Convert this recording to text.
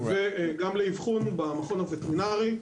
וגם לאבחון במכון הווטרינרי.